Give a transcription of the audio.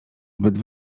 zbyt